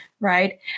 Right